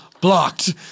blocked